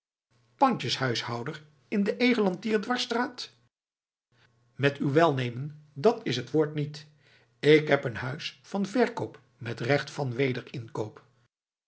pandjeshuishouder in de egelantiersdwarsstraat met uw welnemen dat is het woord niet ik heb een huis van verkoop met recht van